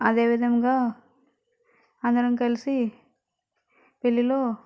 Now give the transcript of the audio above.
అదేవిధంగా అందరం కలిసి పెళ్ళిలో